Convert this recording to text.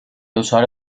دچار